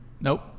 nope